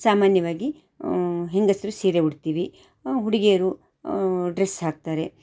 ಸಾಮಾನ್ಯವಾಗಿ ಹೆಂಗಸರು ಸೀರೆ ಉಡ್ತೀವಿ ಹುಡುಗಿಯರು ಡ್ರೆಸ್ ಹಾಕ್ತಾರೆ